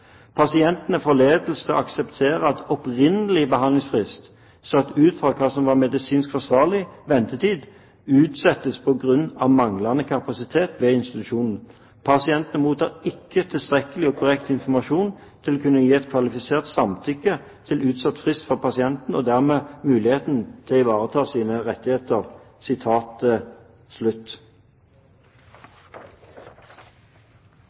Pasientene forledes til å akseptere at opprinnelig behandlingsfrist, satt ut fra hva som er medisinsk forsvarlig ventetid, utsettes på grunn av manglende kapasitet ved institusjonen. Pasientene mottar ikke tilstrekkelig og korrekt informasjon til å kunne gi et kvalifisert samtykke til utsatt frist for pasienter, og dermed mulighet til å ivareta sine rettigheter.»